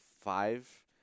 five